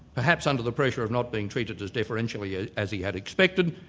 perhaps under the pressure of not being treated as deferentially yeah as he had expected,